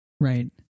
Right